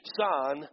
son